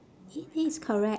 it is correct